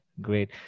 great